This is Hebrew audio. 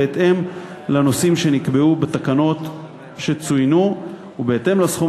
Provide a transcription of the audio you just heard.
בהתאם לנושאים שנקבעו בתקנות שצוינו ובהתאם לסכום